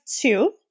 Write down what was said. two